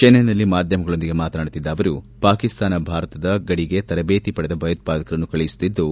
ಚೆನ್ನೈನಲ್ಲಿ ಮಾಧ್ಯಮಗಳೊಂದಿಗೆ ಮಾತನಾಡುತ್ತಿದ್ದ ಅವರು ಪಾಕಿಸ್ತಾನ ಭಾರತದ ಗಡಿಗೆ ತರಬೇತಿ ಪಡೆದ ಭಯೋತ್ಪಾದಕರನ್ನು ಕಳುಹಿಸುತ್ತಿದ್ದು